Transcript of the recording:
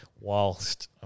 whilst